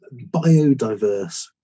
biodiverse